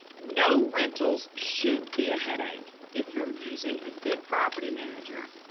no rentals should be a headache. if you're using a good property manager,